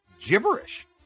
gibberish